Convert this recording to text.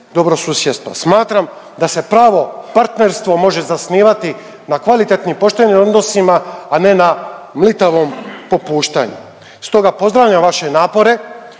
dobro susjedstva. Smatram da se pravo partnerstvo može zasnivati na kvalitetnim poštenim odnosima, a ne na mlitavom popuštanju. Stoga pozdravljam vaše napore